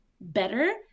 better